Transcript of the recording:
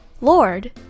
Lord